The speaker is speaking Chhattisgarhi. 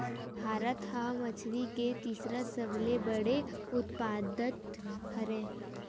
भारत हा मछरी के तीसरा सबले बड़े उत्पादक हरे